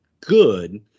good